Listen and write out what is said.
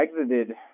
exited